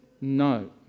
No